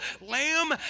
lamb